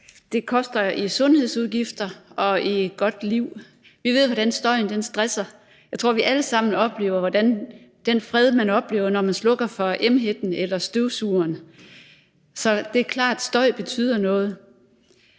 Det koster i sundhedsudgifter og i godt liv. Vi ved, hvordan støjen stresser. Jeg tror, vi alle sammen oplever den fred, man får, når man slukker for emhætten eller støvsugeren. Så det er klart, at støj betyder noget.